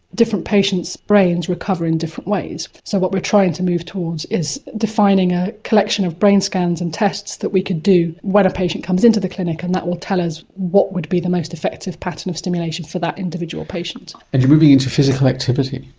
different patients' brains recover in different ways, so what we're trying to move towards is defining a collection of brain scans and tests that we could do when a patient comes into the clinic, and that will tell us what would be the most effective pattern of stimulation for that individual patient. and you're moving into physical activity?